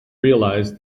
realise